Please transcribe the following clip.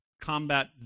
combat